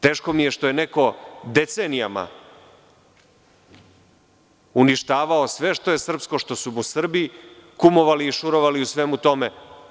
Teško mi je što je neko decenijama uništavao sve što je srpsko, što su mu Srbi kumovali i šurovali u svemu tome.